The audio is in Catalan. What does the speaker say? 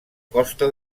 costa